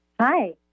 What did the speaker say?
Hi